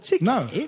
No